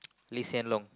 Lee-Hsien-Loong